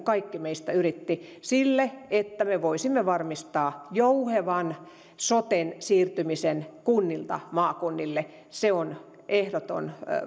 kaikki meistä yrittivät siihen että me voisimme varmistaa soten jouhevan siirtymisen kunnilta maakunnille se on ehdoton